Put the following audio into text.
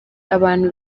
abantu